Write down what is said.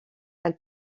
elle